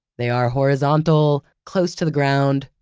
they are horizontal, close to the ground,